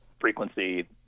frequency